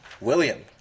William